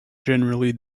generally